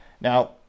Now